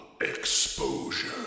Exposure